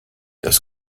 das